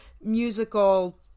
musical